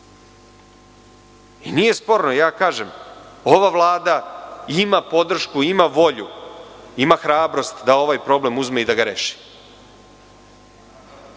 Nije sporno, ja kažem, ova Vlada ima podršku, ima volju, ima hrabrost da ovaj problem uzme i da ga reši.